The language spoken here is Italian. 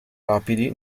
rapidi